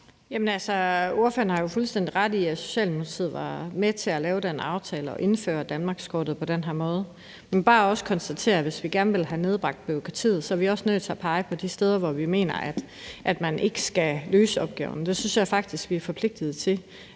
fuldstændig ret i Socialdemokratiet var med til at lave den aftale og indføre danmarkskortet på den her måde. Vi må bare også konstatere, at hvis vi gerne vil have nedbragt bureaukratiet, er vi også nødt til at pege på de steder, hvor vi mener man ikke skal løse opgaven. Det synes jeg faktisk vi er forpligtet til.